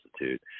institute